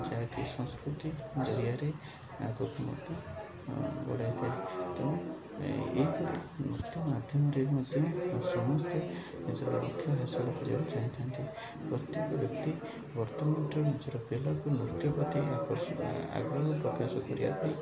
ଯାହାକି ସଂସ୍କୃତି ଜରିଆରେ ଆଗକୁ ମଧ୍ୟ ବଢ଼ାଇ ଥାଏ ତେଣୁ ଏହି ନୃତ୍ୟ ମାଧ୍ୟମରେ ମଧ୍ୟ ସମସ୍ତେ ନିଜର ଲକ୍ଷ ହାସଲ କରିବାକୁ ଚାହିଁଥାନ୍ତି ପ୍ରତ୍ୟେକ ବ୍ୟକ୍ତି ବର୍ତ୍ତମାନଠାରୁ ନିଜର ପିଲାକୁ ନୃତ୍ୟ ପ୍ରତି ଆକର୍ଷି ଆଗ୍ରହ ପ୍ରକାଶ କରିବା ପାଇଁ